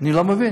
אני לא מבין.